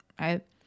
right